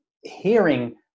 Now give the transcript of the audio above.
hearing